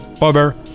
over